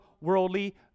worldly